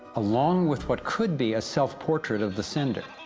along with, what could be a self-portrait of the sender.